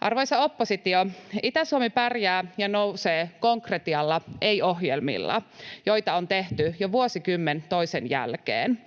Arvoisa oppositio, Itä-Suomi pärjää ja nousee konkretialla, ei ohjelmilla, joita on tehty jo vuosikymmen toisensa jälkeen.